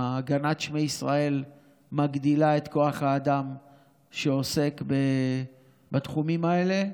הגנת שמי ישראל מגדילה את כוח האדם שעוסק בתחומים האלה.